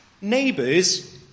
neighbours